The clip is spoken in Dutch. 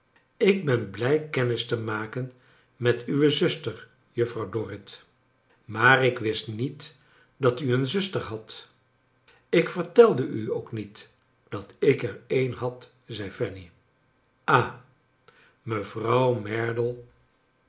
ik ben blij kennis te maken met uwe zuster juffrouw dorrit maar ik wist niet dat u een zuster hadt ik vertelde u ook niet dat ik er een had zei fanny ah mevrouw merdle